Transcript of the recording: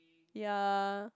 ya